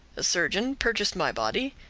a surgeon purchased my body,